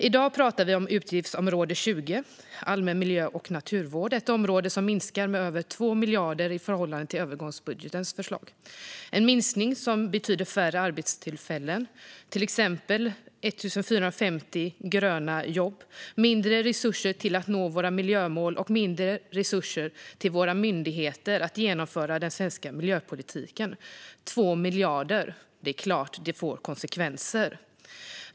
I dag talar vi om utgiftsområde 20 Allmän miljö och naturvård, ett område som minskar med över 2 miljarder i förhållande till övergångsbudgetens förslag. Det är en minskning som betyder färre arbetstillfällen, till exempel 1 450 gröna jobb, mindre resurser för att nå våra miljömål och mindre resurser till våra myndigheter för att genomföra den svenska miljöpolitiken. Det är klart att 2 miljarder får konsekvenser.